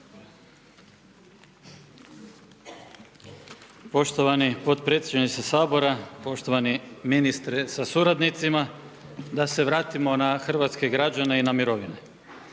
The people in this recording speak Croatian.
Poštovani potpredsjedniče Sabora, poštovani ministre sa suradnicima, da se vratimo na hrvatske građane i na mirovine.